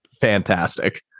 fantastic